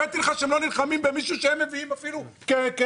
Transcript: הראיתי לך שהם לא נלחמים במישהו שאפילו הם מביאים כדוגמה.